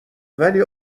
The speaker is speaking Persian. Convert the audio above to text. ولی